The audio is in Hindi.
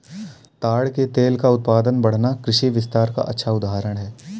ताड़ के तेल का उत्पादन बढ़ना कृषि विस्तार का अच्छा उदाहरण है